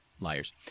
liars